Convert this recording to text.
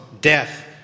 death